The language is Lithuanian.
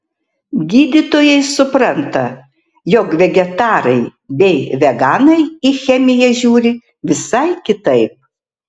gydytojai supranta jog vegetarai bei veganai į chemiją žiūri visai kitaip